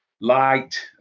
light